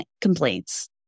complaints